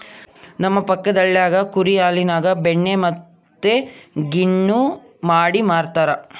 ನಮ್ಮ ಪಕ್ಕದಳ್ಳಿಗ ಕುರಿ ಹಾಲಿನ್ಯಾಗ ಬೆಣ್ಣೆ ಮತ್ತೆ ಗಿಣ್ಣು ಮಾಡಿ ಮಾರ್ತರಾ